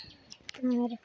ᱟᱨ